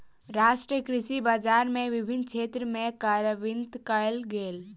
राष्ट्रीय कृषि बजार के विभिन्न क्षेत्र में कार्यान्वित कयल गेल